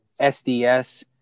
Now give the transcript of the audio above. SDS